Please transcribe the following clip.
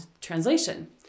translation